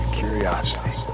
curiosity